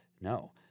no